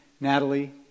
Natalie